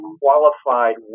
qualified